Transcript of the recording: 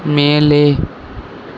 மேலே